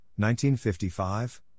1955